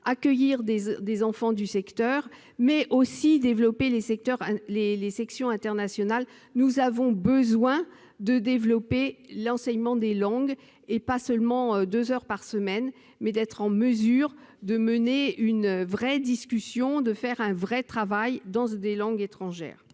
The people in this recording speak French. accueillir des enfants du secteur, mais aussi développer les sections internationales. Nous avons besoin d'étendre l'enseignement des langues au-delà de deux heures par semaine. Nos enfants doivent être en mesure de mener une vraie discussion et de conduire un vrai travail dans des langues étrangères.